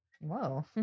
Whoa